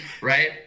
right